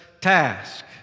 task